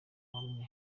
bamwe